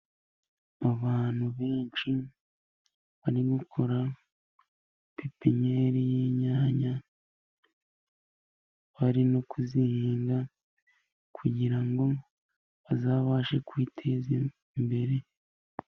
Abantu benshi barimo gukora pepiniyeri y'inyanya, bari no kuzihinga kugira ngo bazabashe kwiteza imbere.